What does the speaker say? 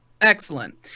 excellent